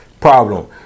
Problem